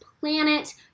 planet